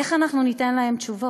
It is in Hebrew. איך אנחנו ניתן להם תשובות?